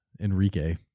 Enrique